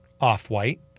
off-white